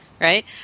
right